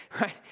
right